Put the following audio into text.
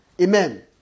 Amen